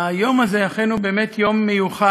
היום הזה הוא אכן באמת יום מיוחד,